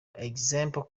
example